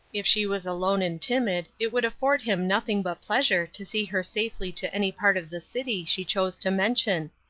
if she was alone and timid it would afford him nothing but pleasure to see her safely to any part of the city she chose to mention.